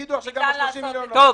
יגידו לך שגם ה-30 מיליון שקל לא מספיקים.